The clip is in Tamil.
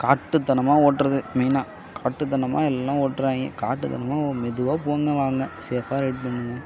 காட்டுத்தனமாக ஓட்டுறது மெயினாக காட்டுத்தனமாக எல்லாம் ஓட்றாங்க காட்டுத்தனமாக மெதுவாக போங்க வாங்க சேஃபாக ரைட் பண்ணுங்கள்